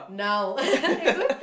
now